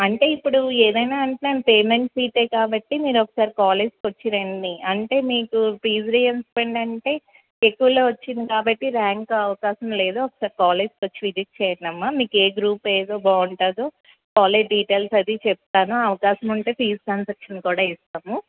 అంటే ఇప్పుడు ఏదైనా అంటే పేమెంట్ సీటే కాబట్టి మీరు ఒకసారి కాలేజీకొచ్చి రండి అంటే మీకు ఫీజ్ రీయెంబర్స్మెంట్ అంటే ఎక్కువలో వచ్చింది కాబట్టి ర్యాంక్ అవకాశం లేదు ఒక్కసారి కాలేజీకి వచ్చి విజిట్ చేయండమ్మ మీకు ఏ గ్రూప్ ఏదో గ్రూప్ ఏది బాగుంటుందో కాలేజీ డిటెయిల్స్ అవి చెప్తాను అవకాశం ఉంటే ఫీజ్ కన్సెషన్ కూడా ఇస్తాము